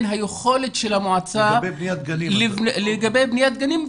היכולת של המועצה --- לגבי בניית גנים.